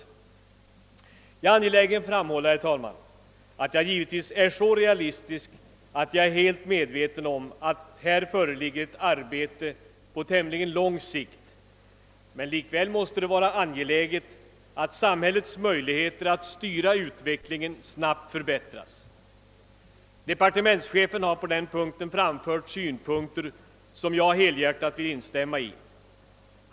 Jag är, herr talman, angelägen framhålla att jag givetvis är så realistisk att jag är helt medveten om att det här gäller ett arbete på tämligen lång sikt. Det är emellertid angeläget att samhällets möjligheter att styra utvecklingen snabbt förbättras. Departementschefen har där framfört synpunkter som jag helhjärtat vill instämma i.